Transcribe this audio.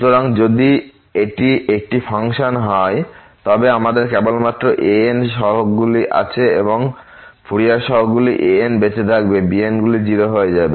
সুতরাং যদি এটি একটি ফাংশন হয় তবে আমাদের কেবলমাত্র ans গুলি আছে যা ফুরিয়ার সহগগুলি ans বেঁচে থাকবে bn গুলি 0 হয়ে যাবে